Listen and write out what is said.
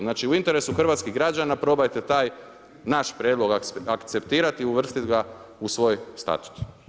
Znači u interesu hrvatskih građana probajte taj naš prijedlog akceptirat i uvrstit ga u svoj statut.